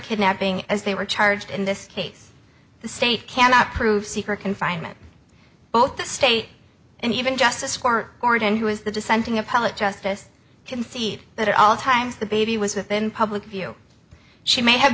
kidnapping as they were charged in this case the state cannot prove secret confinement both the state and even justice for jordan who is the dissenting a public justice concede that at all times the baby was within public view she may have